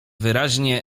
wyraźnie